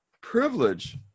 privilege